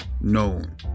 known